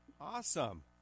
Awesome